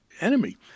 enemy